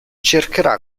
cercherà